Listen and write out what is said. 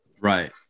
Right